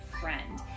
friend